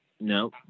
No